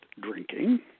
drinking